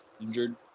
injured